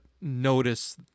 notice